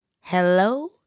Hello